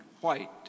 white